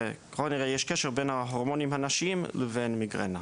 ככל הנראה שיש קשר בין ההורמונים הנשיים לבין מיגרנה.